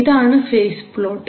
ഇതാണ് phase plot